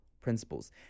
principles